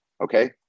okay